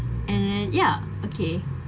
and and ya okay